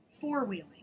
four-wheeling